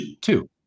two